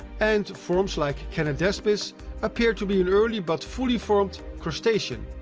and forms like canadaspis appeared to be an early, but fully-formed crustacean.